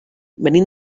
venim